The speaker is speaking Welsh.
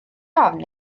ofn